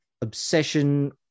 obsession